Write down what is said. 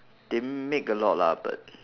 they make a lot lah but